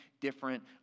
different